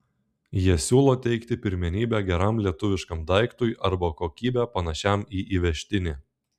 jie siūlo teikti pirmenybę geram lietuviškam daiktui arba kokybe panašiam į įvežtinį